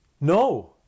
No